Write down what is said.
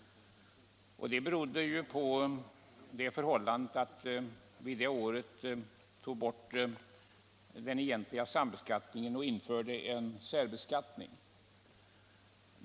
Det berodde ju på det förhållandet att vi det året tog bort den egentliga sambeskattningen och införde en särbeskattning.